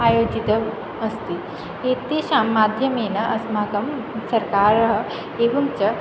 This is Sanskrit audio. आयोजितम् अस्ति एतेषां माध्यमेन अस्माकं सरकारः एवं च